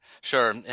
Sure